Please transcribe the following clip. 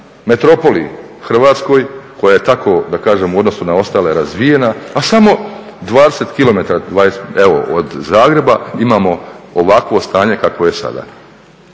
metropoli Hrvatskoj koja je tako da kažem u odnosu na ostale razvijena, a samo 20 km evo od Zagreba imamo ovakvo stanje kakvo je sada.